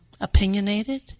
opinionated